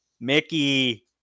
mickey